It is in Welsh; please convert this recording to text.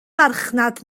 farchnad